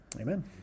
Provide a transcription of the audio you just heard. Amen